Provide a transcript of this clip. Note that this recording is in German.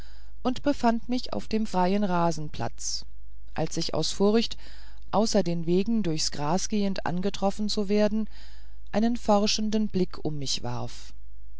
und befand mich auf einem freien rasenplatz als ich aus furcht außer den wegen durchs gras gehend angetroffen zu werden einen forschenden blick um mich warf